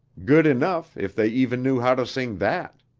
good enough if they even knew how to sing that!